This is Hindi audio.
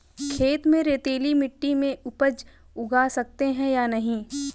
खेत में रेतीली मिटी में उपज उगा सकते हैं या नहीं?